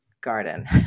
garden